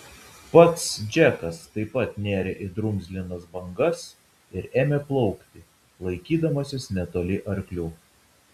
pats džekas taip pat nėrė į drumzlinas bangas ir ėmė plaukti laikydamasis netoli arklių